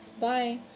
Bye